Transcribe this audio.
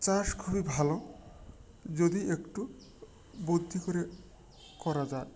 চাষ খুবই ভালো যদি একটু বুদ্ধি করে করা যায়